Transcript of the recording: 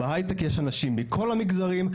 בהיי-טק יש אנשים מכל המגזרים,